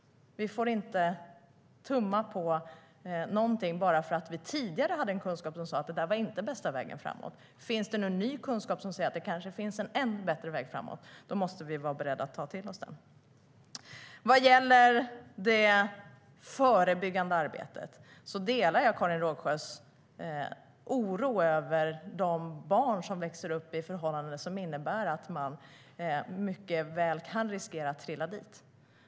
Vi får inte tumma på någonting bara för att den kunskap vi tidigare hade sa att det inte var den bästa vägen framåt. Om det finns ny kunskap som säger att det kanske finns en ännu bättre väg framåt måste vi vara beredda att ta till oss den. Vad gäller det förebyggande arbetet delar jag Karin Rågsjös oro över de barn som växer upp under förhållanden som innebär att de mycket väl kan riskera att trilla dit.